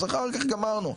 אז אחר כך גמרנו,